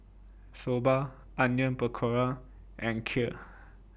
Soba Onion Pakora and Kheer